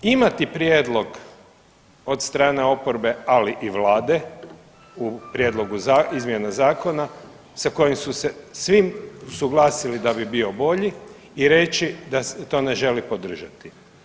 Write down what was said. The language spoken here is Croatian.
Imati prijedlog od strane oporbe, ali i Vlade u prijedlogu izmjena zakona sa kojim su se svi usuglasili da bi bio bolji i reći da to ne želi podržati.